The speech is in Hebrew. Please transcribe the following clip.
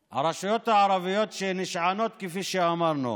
הערביות, שכפי שאמרנו